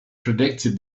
predicted